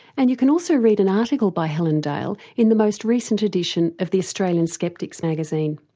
and you can also read an article by helen dale in the most recent edition of the australian skeptics magazine.